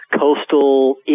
coastal